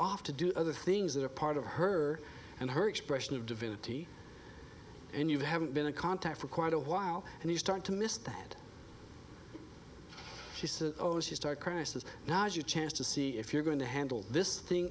off to do other things that are part of her and her expression of divinity and you haven't been in contact for quite a while and you start to miss that she says oh she start crisis now's your chance to see if you're going to handle this thing